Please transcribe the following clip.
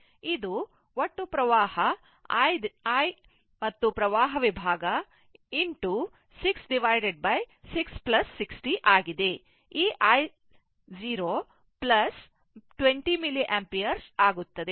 ಇದು ಒಟ್ಟು i ವಿದ್ಯುತ್ ಹರಿವು ವಿದ್ಯುತ್ ಹರಿವು ವಿಭಾಗ 660 ಆಗಿದೆ ಈ i0 20 milliampere ಆಗುತ್ತದೆ